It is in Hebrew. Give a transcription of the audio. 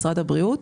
משרד הבריאות.